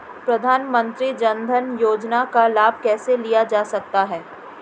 प्रधानमंत्री जनधन योजना का लाभ कैसे लिया जा सकता है?